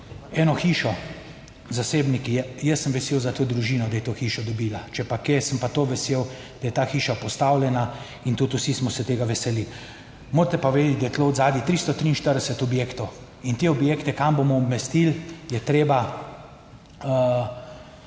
eno hišo, zasebniki. Jaz sem vesel za to družino, da je to hišo dobila. Če je pa kaj, sem pa to vesel, da je ta hiša postavljena in tudi vsi smo se tega veseli. Morate pa vedeti, da je tu zadaj 343 objektov in te objekte kam bomo umestili je treba